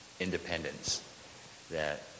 Independence—that